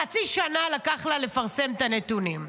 חצי שנה לקח לה לפרסם את הנתונים.